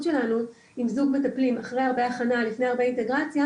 שלנו עם זוג מטפלים אחרי הרבה הכנה לפני הרבה אינטגרציה,